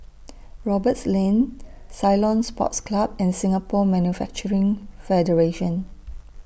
Roberts Lane Ceylon Sports Club and Singapore Manufacturing Federation